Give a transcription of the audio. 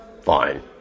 Fine